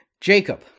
Jacob